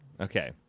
okay